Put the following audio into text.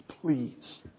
Please